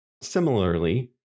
Similarly